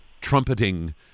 trumpeting